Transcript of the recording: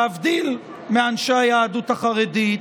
להבדיל מאנשי היהדות החרדית,